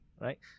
Right